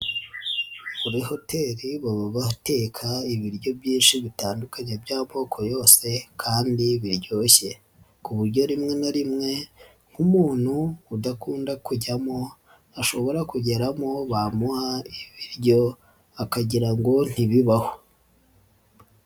Kuri hoteli baba bateka ibiryo byinshi bitandukanye by'amoko yose kandi biryoshye ku buryo rimwe na rimwe nk'umuntu udakunda kujyamo ashobora kugeramo bamuha ibiryo akagira ngo ntibibaho.